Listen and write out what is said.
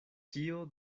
kio